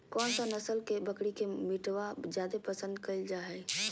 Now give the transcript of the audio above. कौन सा नस्ल के बकरी के मीटबा जादे पसंद कइल जा हइ?